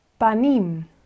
Panim